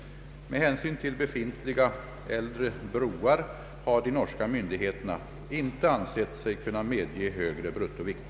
Med hänsyn till befintliga äldre broar har de norska myndigheterna inte ansett sig kunna medge högre bruttovikt.